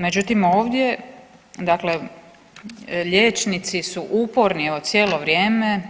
Međutim, ovdje dakle liječnici su uporni evo cijelo vrijeme